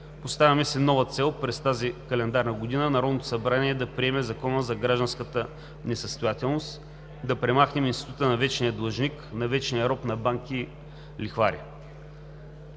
Поставяме си нова цел през тази календарна година – Народното събрание да приеме закона за гражданската несъстоятелност, да премахнем института на вечния длъжник, на вечния роб на банки и лихвари.